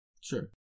Sure